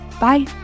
Bye